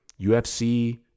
UFC